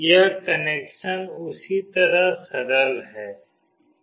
यह कनेक्शन उसी तरह सरल है